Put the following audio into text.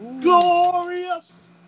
Glorious